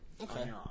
Okay